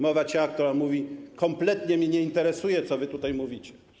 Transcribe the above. Mowa ciała, która mówi: kompletnie mnie nie interesuje, co wy tutaj mówicie.